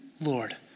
Lord